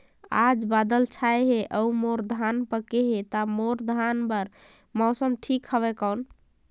आज बादल छाय हे अउर मोर धान पके हे ता मोर धान बार मौसम ठीक हवय कौन?